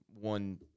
one